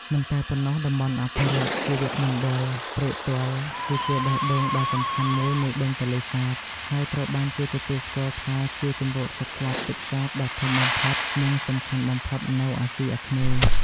មិនតែប៉ុណ្ណោះតំបន់អភិរក្សជីវមណ្ឌល ព្រែកទាល់ គឺជាបេះដូងដ៏សំខាន់មួយនៃបឹងទន្លេសាប ហើយត្រូវបានគេទទួលស្គាល់ថាជាជម្រកសត្វ ស្លាបទឹកសាបដ៏ធំបំផុត និងសំខាន់បំផុតនៅអាស៊ីអាគ្នេយ៍។